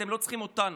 אתם לא צריכים אותנו,